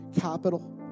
capital